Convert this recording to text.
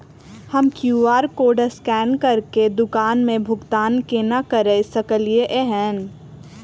हम QR code scan करके दुकान मे भुगतान केना करऽ सकलिये एहन?